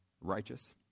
righteous